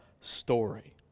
story